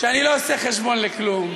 שאני לא עושה חשבון לכלום,